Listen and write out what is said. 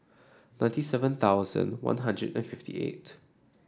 ninety seven thousand One Hundred and fifty eight